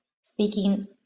speaking